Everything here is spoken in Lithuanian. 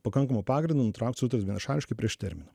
pakankamu pagrindu nutraukt sutartį vienašališkai prieš terminą